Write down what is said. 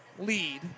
lead